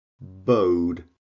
Bowed